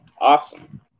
Awesome